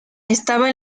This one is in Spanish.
estaba